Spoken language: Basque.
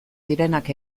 direnak